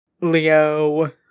Leo